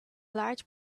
large